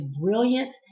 brilliant